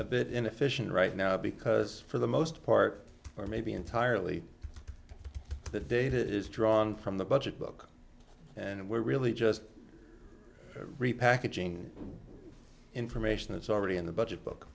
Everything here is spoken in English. a bit inefficient right now because for the most part or maybe entirely the data is drawn from the budget book and we're really just repackaging information that's already in the budget book